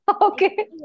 Okay